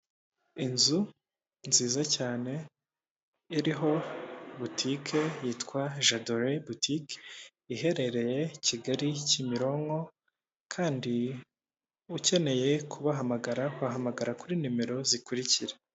Inzu nziza cyane iriho butike yitwa jadore butike iherereye Kigali Kimironko, kandi ukeneye kubahamagara wahamagara kuri nimero zikurikira.